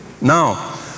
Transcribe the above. Now